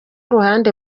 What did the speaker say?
uruhande